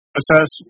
assess